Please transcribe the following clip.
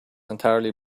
entirely